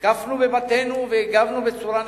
הותקפנו בבתינו והגבנו בצורה נחרצת.